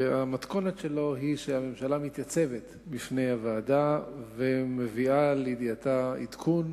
והמתכונת שלו היא שהממשלה מתייצבת בפני הוועדה ומביאה לידיעתה עדכון